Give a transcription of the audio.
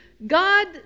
God